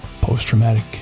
post-traumatic